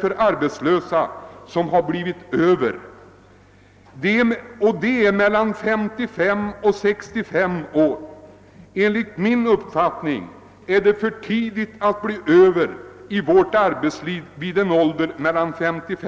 för arbetslösa numera — som har blivit över, och det är åldersgruppen mellan 55 och 65 år. Enligt min uppfattning är det för tidigt att bli över i vårt arbetsliv vid den åldern.